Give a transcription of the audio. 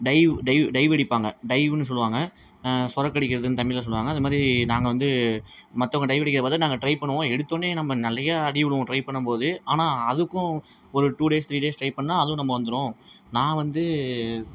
dive dive dive அடிப்பாங்க டைவுன்னு சொல்லுவாங்க சொரக்கடிக்கிறதுன்னு தமிழ்ல சொல்லுவாங்க அது மாதிரி நாங்கள் வந்து மற்றவங்க டைவ் அடிக்கிறதை பார்த்து நாங்கள் ட்ரை பண்ணுவோம் எடுத்தோடனே நம்ம நலையா அடி உழுவும் ட்ரை பண்ணும் போது ஆனால் அதுக்கும் ஒரு two days three days try பண்ணால் அதுவும் நம்ம வந்துடும் நான் வந்து